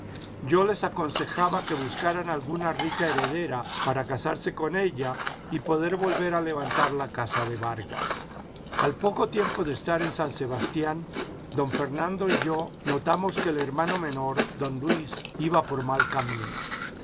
yo les aconsejaba que buscaran alguna rica heredera para casarse con ella y poder volver a levantar la casa de vargas al poco tiempo de estar en san sebastián don fernando y yo notamos que el hermano menor don luis iba por mal camino